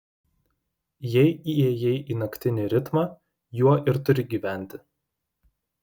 jei įėjai į naktinį ritmą juo ir turi gyventi